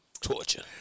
Torture